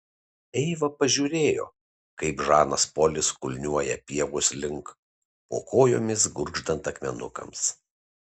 eiva pažiūrėjo kaip žanas polis kulniuoja pievos link po kojomis gurgždant akmenukams